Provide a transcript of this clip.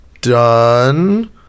done